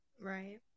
right